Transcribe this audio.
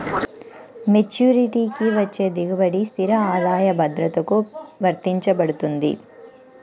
మెచ్యూరిటీకి వచ్చే దిగుబడి స్థిర ఆదాయ భద్రతకు వర్తించబడుతుంది